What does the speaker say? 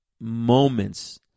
moments